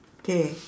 K